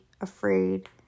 afraid